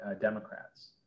Democrats